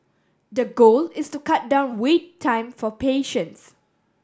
the goal is to cut down wait time for patients